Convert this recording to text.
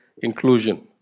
inclusion